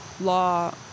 law